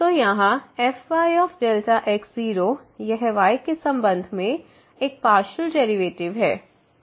तो यहाँ fyΔx0 यह y के संबंध में एक पार्शियल डेरिवेटिव है